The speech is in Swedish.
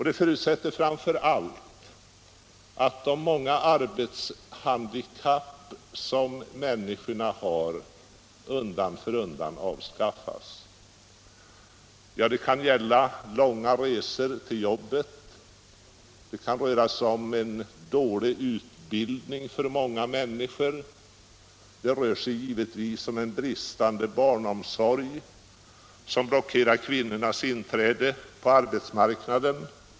Det förutsätter framför allt att de många arbetshandikapp som människor har undan för undan avskaffas. Det kan gälla långa resor till jobbet, det kan röra sig om dålig utbildning för många människor, det rör sig givetvis om bristande barnomsorg som blockerar kvinnornas inträde på arbetsmarknaden.